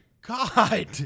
God